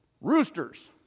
roosters